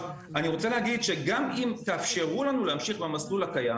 אני רוצה להגיד שגם אם תאפשרו לנו להמשיך במסלול הקיים